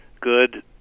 good